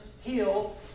heal